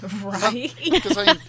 Right